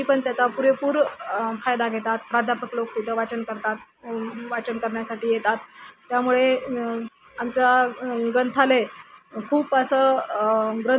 खरं तो पडला आहे का तो खरंच काढला का खरंच तो जिवंत होता का त्याची इतकी माहिती होती इतके न्यूज चॅनलवाले त्याची माहिती देतात की त्या एखाद्या घटनेची